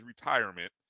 retirement